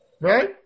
Right